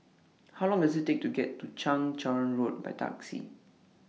How Long Does IT Take to get to Chang Charn Road By Taxi